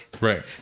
Right